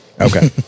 Okay